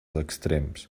extrems